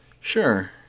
Sure